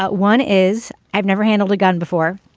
but one is i've never handled a gun before.